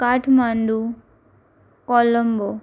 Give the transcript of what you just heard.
Kathmandu Colombo